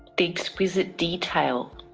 the exquisite detail,